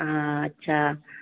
हां अच्छा